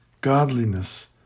godliness